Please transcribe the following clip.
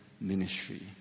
ministry